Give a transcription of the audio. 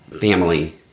family